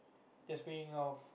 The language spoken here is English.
just bringing help